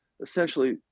essentially